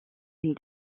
une